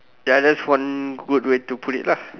ya that's one good way to put it lah